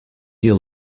your